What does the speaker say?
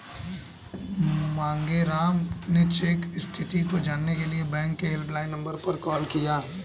मांगेराम ने चेक स्थिति को जानने के लिए बैंक के हेल्पलाइन नंबर पर कॉल किया